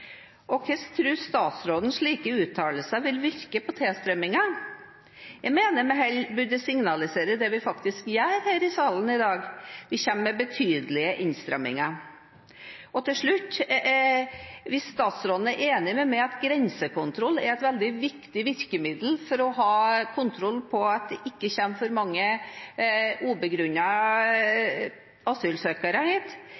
og hvordan tror statsråden slike uttalelser vil virke på tilstrømningen? Jeg mener vi heller burde signalisere det vi faktisk gjør her i salen i dag: Vi kommer med betydelige innstramninger. Til slutt: Hvis statsråden er enig med meg i at grensekontroll er et veldig viktig virkemiddel for å ha kontroll på at det ikke kommer for mange